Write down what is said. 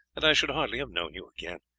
and i should hardly have known you again.